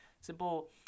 simple